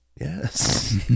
Yes